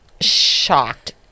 shocked